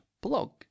blog